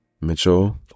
Mitchell